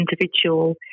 individual